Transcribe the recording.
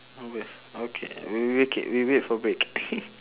always okay we K we wait for break